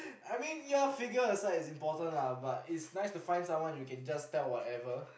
I mean ya figures size is important lah but it's nice to find someone you can just tell whatever